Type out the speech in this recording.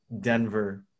Denver